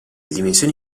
dimensioni